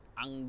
ang